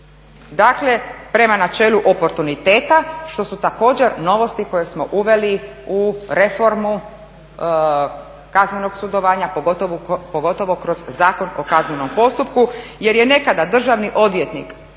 dakle prema načelu oportuniteta što su također novosti koje smo uveli u reformu kaznenog sudovanja pogotovo kroz Zakon o kaznenom postupku. Jer je nekada državni odvjetnik